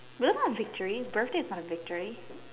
will not victory birthday is not a victory